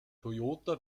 toyota